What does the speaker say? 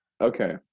Okay